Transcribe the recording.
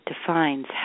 defines